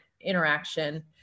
interaction